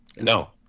No